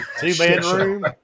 two-bedroom